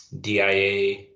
DIA